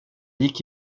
gick